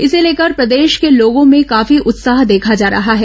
इसे लेकर प्रदेश के लोगो में काफी उत्साह देखा जा रहा है